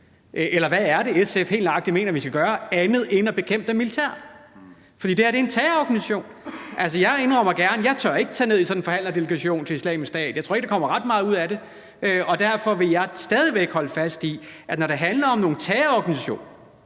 eller hvad er det, SF helt nøjagtigt mener vi skal gøre, andet end at bekæmpe dem militært? For det her er en terrororganisation, og altså, jeg indrømmer gerne, at jeg ikke tør at tage ned i sådan en forhandlingsdelegation til Islamisk Stat. Jeg tror ikke, der kommer ret meget ud af det, og derfor vil jeg stadig væk holde fast i, at når det handler om nogle terrororganisationer,